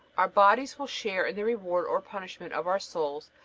our bodies will share in the reward or punishment of our souls,